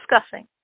discussing